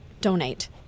donate